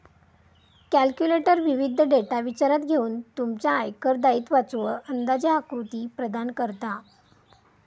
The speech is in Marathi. कॅल्क्युलेटर विविध डेटा विचारात घेऊन तुमच्या आयकर दायित्वाचो अंदाजे आकृती प्रदान करता